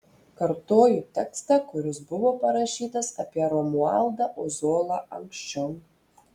kartoju tekstą kuris buvo parašytas apie romualdą ozolą anksčiau